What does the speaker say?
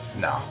No